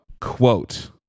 Quote